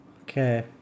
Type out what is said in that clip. Okay